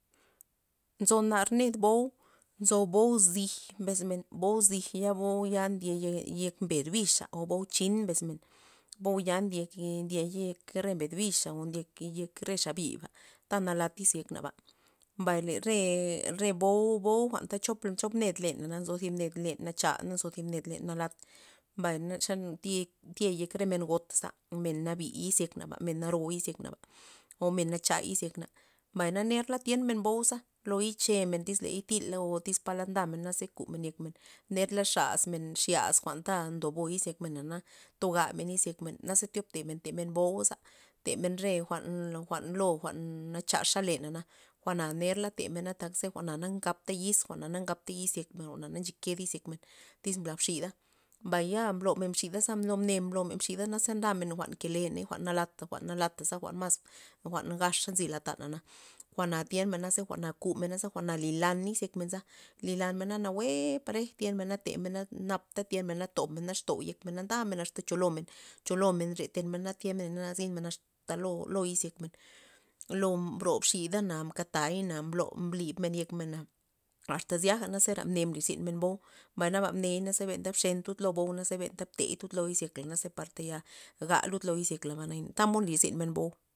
Nzo nar ned bou', nzo bou' zij mbes men bou' xij bou' ya ndye yen ben bixa o bou' chin mbesmen, bou' ya ndye ndye- ndye yek re mbed bixa o ndye yek re xa biba ta nalat izyek naba, mbay re- re bou'-bou' jwa'n chop chop ned lenza nzo thib ned len nacha na nzo thib len nalat mbay xa na thie re men gota men nabi izyeknaba men naro izyeknaba o men nacha izyekna, mbay na nerla thienmen bou'za lo yechemen tyz tya tyla o tyz palada ndamen naze jumen yekmen nerla xazmen laz xiax jwa'nta ndobo izyekmena na togamen izyekmen naze tyob temen temen bou'za temen re jwa'n- jwa'n lo jwa'n nachaxa lena jwa'na ner la temena tak ze jwa'na na ngaptey yiz jwa'nana ngaptey yzyekmen jwa'na na nche ked izyekmen tyz mbla xida, mbay ya blomen xida lo mne blomen xida naze ndamen jwa'n nke le ney jwa'n nalat natala jwa'na mas jwa'n gaxa nzy jwa'na jwa'na tyenmena na jwa'na kumena lilan izyekmen li lanmena nawue parej tyenmena temena napta tienmena tobmena ku yekmen na ndamen asta cholomen cholomen re tyenmena naze zinmena na asta lo izyekmen, lo mbro xidana mkatay mblo mblib men yekmen asta zyaga na zera mbli zynmen bou' mbay naba mney zera ta bxen lo bou' na benta tey tud lo zyekla na par taya ga lud lo izyek laba tamod nly zinmen bou'.